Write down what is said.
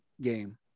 game